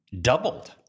doubled